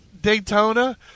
Daytona